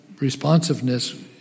responsiveness